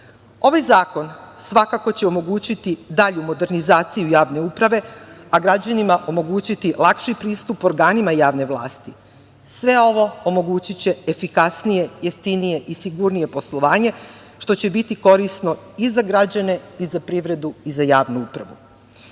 zakon svakako će omogućiti dalju modernizaciju javne uprave, a građanima omogućiti lakši pristup organima javne vlasti. Sve ovo omogućiće jeftinije, efikasnije i sigurnije poslovanje, što će biti korisno i za građane i za privredu i za javnu upravu. Mislim